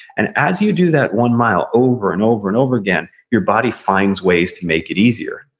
and as you do that one mile over and over and over again, your body finds ways to make it easier,